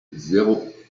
zéro